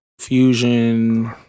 Fusion